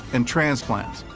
and transplants.